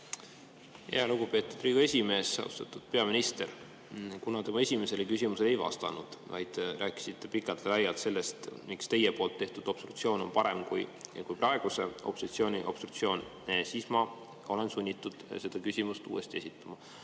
esimees! Austatud peaminister! Kuna te mu esimesele küsimusele ei vastanud, vaid rääkisite pikalt ja laialt sellest, miks teie tehtud obstruktsioon oli parem kui praeguse opositsiooni obstruktsioon, siis ma olen sunnitud sama küsimuse uuesti esitama.